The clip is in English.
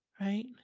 right